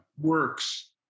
works